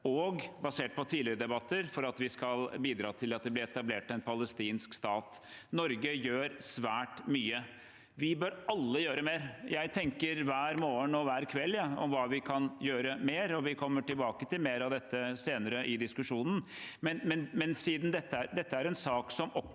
og – basert på tidligere debatter – for at vi skal bidra til at det blir etablert en palestinsk stat. Norge gjør svært mye. Vi bør alle gjøre mer. Jeg tenker hver morgen og hver kveld på hva mer vi kan gjøre, og vi kommer tilbake til mer av dette senere i diskusjonen. Siden dette er en sak som opprører